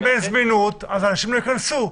אם אין זמינות, אז אנשים לא ייכנסו.